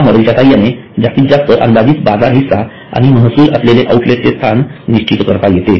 या मॉडेलच्या साह्याने जास्तीत जास्त अंदाजित बाजार हिस्सा आणि महसूल असलेले आउटलेटचे स्थान निश्चित करता येते